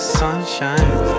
sunshine